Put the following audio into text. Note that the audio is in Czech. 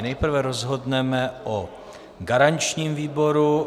Nejprve rozhodneme o garančním výboru.